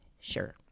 Sure